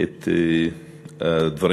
את הדברים